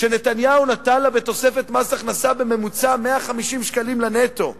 שנתניהו נתן לה בתוספת מס הכנסה בממוצע 150 שקלים לנטו,